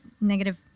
negative